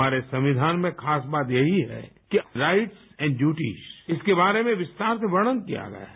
हमारे संविघान में खास बात यही है कि राइट्स एंड ड्यूटीस इसके बारे में विस्तार से वर्षन किया गया है